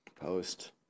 Post